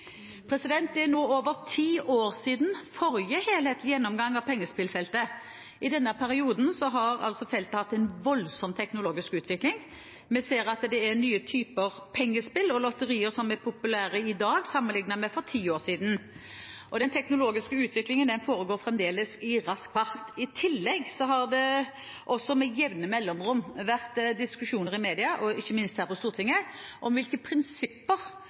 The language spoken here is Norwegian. Det er nå over ti år siden forrige helhetlige gjennomgang av pengespillfeltet. I denne perioden har feltet hatt en voldsom teknologisk utvikling. Vi ser at det er nye typer pengespill og lotterier som er populære i dag sammenlignet med for ti år siden. Den teknologiske utviklingen foregår fremdeles i rask fart. I tillegg har det også med jevne mellomrom vært diskusjoner i media, og ikke minst her på Stortinget, om hvilke prinsipper